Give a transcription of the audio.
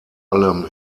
allem